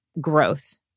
growth